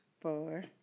four